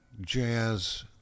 jazz